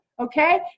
Okay